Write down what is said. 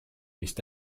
vist